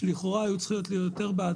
שלכאורה היו צריכות להיות יותר בעד,